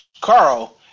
Carl